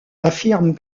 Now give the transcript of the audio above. affirme